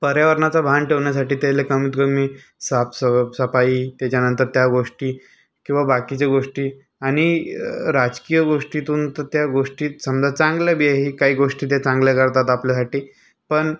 पर्यावरणाचा भान ठेवण्यासाठी तेले कमीतकमी साफ सफ सफाई त्याच्यानंतर त्या गोष्टी किंवा बाकीच्या गोष्टी आणि राजकीय गोष्टीतून तर त्या गोष्टीत समजा चांगलं बी आहे काही गोष्टी त्या चांगल्या करतात आपल्यासाठी पण